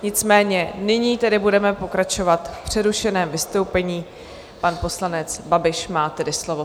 Nicméně nyní tedy budeme pokračovat v přerušeném vystoupení pan poslanec Babiš má tedy slovo.